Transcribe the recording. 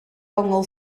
ongl